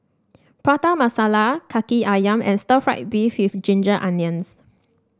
Prata Masala Kaki ayam and Stir Fried Beef with Ginger Onions